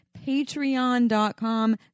Patreon.com